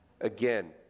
again